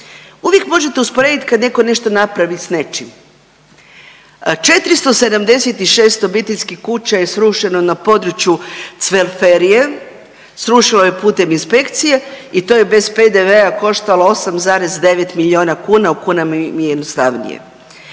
Uvijek možete usporedit kad neko nešto napravi s nečim. 476 obiteljskih kuća je srušeno na području Cvelferije, srušeno je putem inspekcije i to je bez PDV-a koštalo 8,9 milijuna kuna u kunama mi je jednostavnije.